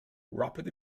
wrapped